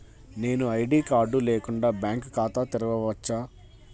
నేను ID card లేకుండా bank ఖాతా తెరవచ్చా?